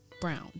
Brown